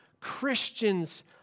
Christians